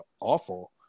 awful